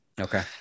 Okay